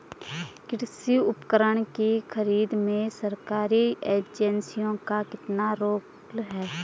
कृषि उपकरण की खरीद में सरकारी एजेंसियों का कितना रोल है?